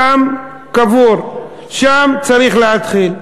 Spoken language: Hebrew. שם קבור, שם צריך להתחיל.